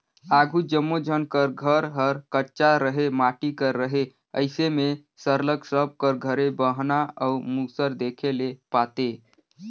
आघु जम्मो झन कर घर हर कच्चा रहें माटी कर रहे अइसे में सरलग सब कर घरे बहना अउ मूसर देखे ले पाते